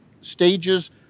stages